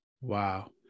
Wow